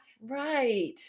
Right